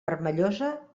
vermellosa